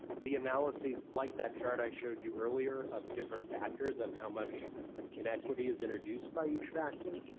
the analyses, like that chart i showed you earlier, of different factors and how much inequity is introduced by each factor,